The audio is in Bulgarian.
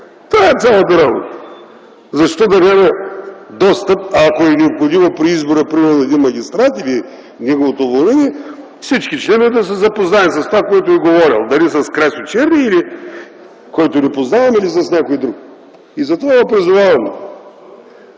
Това е цялата работа. Защо да няма достъп? Ако е необходимо при избора, примерно, на един магистрат или за неговото уволнение, всички членове да се запознаем с това, което е говорил – дали е с Красьо Черния, когото не познавам, или с някой друг. Затова ви призовавам,